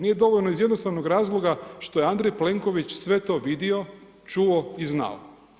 Nije dovoljno iz jednostavnog razloga što je Andrej Plenković sve to vidio, čuo i znao.